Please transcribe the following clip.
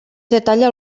detalla